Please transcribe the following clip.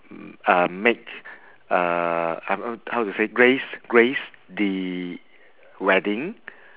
uh make uh how to say grace grace the wedding